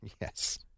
Yes